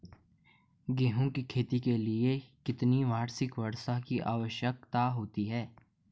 गेहूँ की खेती के लिए कितनी वार्षिक वर्षा की आवश्यकता होती है?